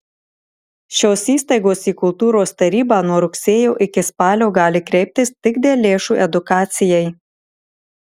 šios įstaigos į kultūros tarybą nuo rugsėjo iki spalio gali kreiptis tik dėl lėšų edukacijai